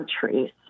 countries